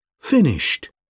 Finished